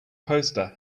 poster